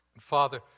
Father